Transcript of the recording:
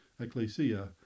ecclesia